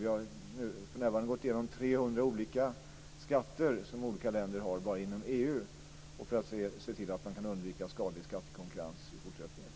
Vi har för närvarande gått igenom 300 olika skatter som länder har bara inom EU för att se till att man undviker skadlig skattekonkurrens i fortsättningen.